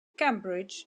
cambridge